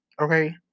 okay